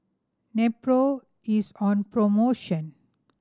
Nepro is on promotion